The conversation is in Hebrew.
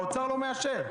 האוצר לא מאשר.